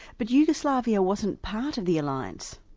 but yugoslavia wasn't part of the alliance.